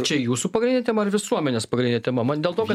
čia jūsų pagrindinė tema ar visuomenės pagrindinė tema man dėl to kad